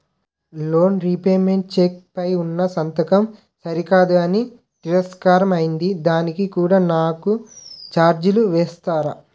Loan repayment cheque పై ఉన్నా సంతకం సరికాదు అని తిరస్కారం అయ్యింది దానికి కూడా నాకు ఛార్జీలు వేస్తారా?